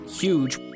huge